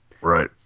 right